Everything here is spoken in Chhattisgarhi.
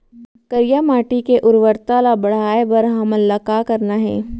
करिया माटी के उर्वरता ला बढ़ाए बर हमन ला का करना हे?